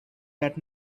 that